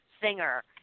singer